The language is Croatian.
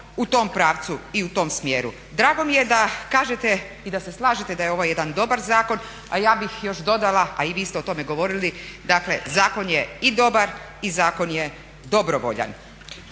u tom pravcu i u tom smjeru. Drago mi je da kažete i da se slažete da je ovo jedan dobar zakon a ja bih još dodala a i vi ste o tome govorili dakle zakon je i dobar i zakon je dobrovoljan.